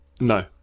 No